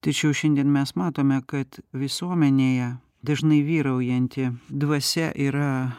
tačiau šiandien mes matome kad visuomenėje dažnai vyraujanti dvasia yra